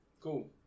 Cool